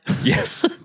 yes